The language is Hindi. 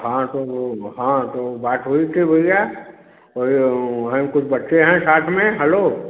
हाँ तो वह हाँ तो बात हुई थी भैया वहीं हैं कुछ बच्चे हैं साथ में हलो